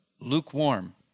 lukewarm